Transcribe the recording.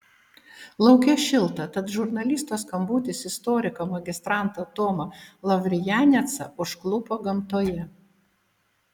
lauke šilta tad žurnalisto skambutis istoriką magistrantą tomą lavrijanecą užklupo gamtoje